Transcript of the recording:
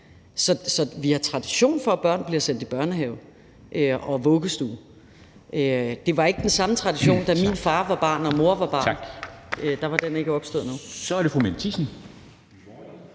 Vi har tradition for, at børn bliver sendt i børnehave og vuggestue. Der var ikke den samme tradition, da min far var barn og min mor var barn, for da var den ikke opstået endnu. Kl.